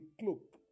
cloak